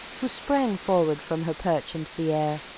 who sprang forward from her perch into the air.